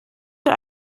für